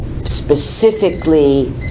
specifically